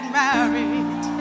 married